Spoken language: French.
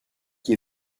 qui